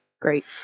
Great